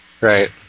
Right